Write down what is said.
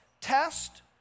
test